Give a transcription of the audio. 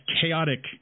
chaotic